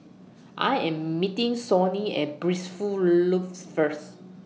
I Am meeting Sonny At Blissful Lofts First